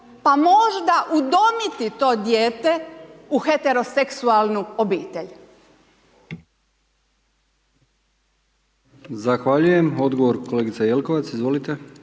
pa možda udomiti to dijete u heteroseksualnu obitelj?